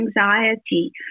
anxiety